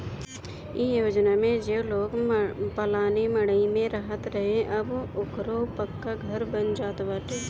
इ योजना में जे लोग पलानी मड़इ में रहत रहे अब ओकरो पक्का घर बन जात बाटे